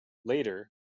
later